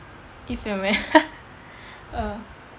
if you are very~ uh